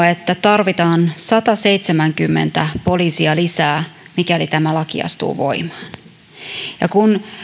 että tarvitaan sataseitsemänkymmentä poliisia lisää mikäli tämä laki astuu voimaan ja kun